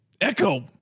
Echo